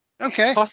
okay